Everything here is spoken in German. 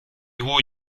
hohe